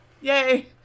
Yay